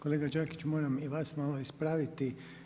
Kolega Đakić moram i vas malo ispraviti.